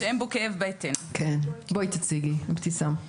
בבקשה תציגי את הצעת החוק.